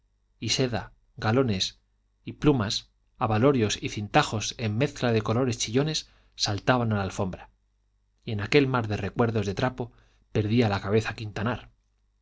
y seda galones y plumas abalorios y cintajos en mezcla de colores chillones saltaban a la alfombra y en aquel mar de recuerdos de trapo perdía la cabeza quintanar